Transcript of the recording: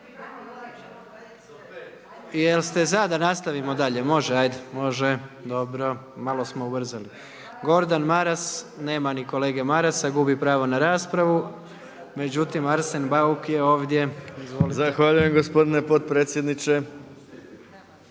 Jest za da nastavimo dalje? Može. Dobro. Malo smo ubrzali. Gordan Maras, nema ni kolege Marasa, gubi pravo na raspravu. Međutim Arsen Bauk je ovdje. Hvala. **Bauk, Arsen